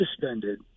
suspended